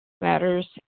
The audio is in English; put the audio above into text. matters